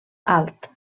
alt